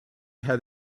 had